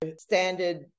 standard